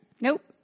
Nope